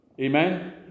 Amen